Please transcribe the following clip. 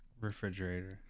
refrigerator